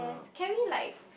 can we like